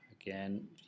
again